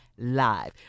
Live